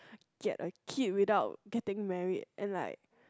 get a kid without getting married and like